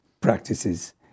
practices